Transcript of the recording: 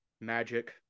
magic